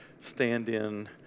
stand-in